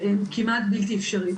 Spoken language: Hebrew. כמעט בלתי אפשרית.